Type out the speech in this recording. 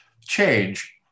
change